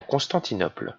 constantinople